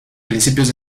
principios